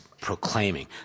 proclaiming